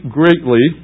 greatly